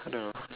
I don't know